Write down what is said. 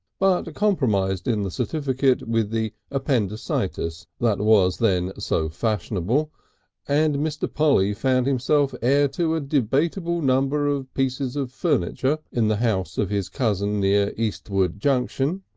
compromised in the certificate with the appendicitis that was then so fashionable and mr. polly found himself heir to a debateable number of pieces of furniture in the house of his cousin near easewood junction,